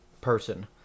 person